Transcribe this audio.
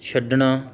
ਛੱਡਣਾ